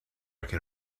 can